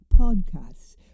podcasts